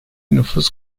nüfus